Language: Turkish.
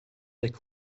dek